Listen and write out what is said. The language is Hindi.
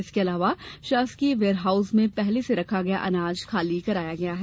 इसके अलावा शासकीय वेयरहाउस में पहले से रखा गया अनाज खाली कराया गया है